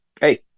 hey